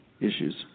issues